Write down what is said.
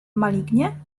malignie